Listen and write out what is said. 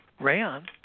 rayon